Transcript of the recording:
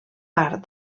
part